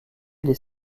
des